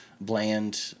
bland